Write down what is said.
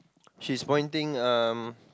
she's pointing um